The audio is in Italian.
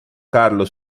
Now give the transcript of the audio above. carlo